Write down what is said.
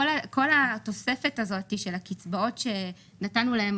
כל התוספת הזאת של הקצבאות שנתנו להן